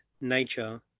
nature